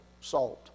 salt